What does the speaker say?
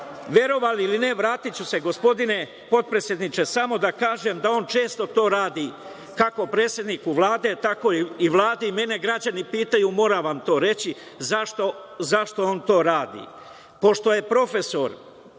verovali ili ne, vratiću se, gospodine potpredsedniče, samo da kažem da on često to radi, kako predsedniku Vlade, tako i Vladi i mene građani pitaju moram vam to reći - zašto on to radi.